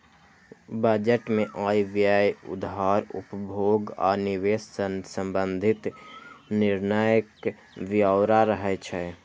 budget मे आय, व्यय, उधार, उपभोग आ निवेश सं संबंधित निर्णयक ब्यौरा रहै छै